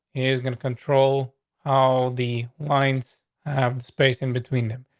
he's gonna control how the winds have space in between them.